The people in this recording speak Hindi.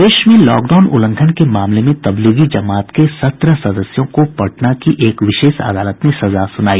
प्रदेश में लॉकडाउन उल्लंघन के मामले में तबलीगी जमात के सत्रह सदस्यों को पटना की एक विशेष अदालत ने सजा सुनाई